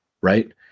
right